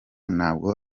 ntabwo